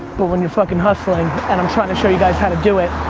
but when you're fucking hustling, and i'm trying to show you guys how to do it,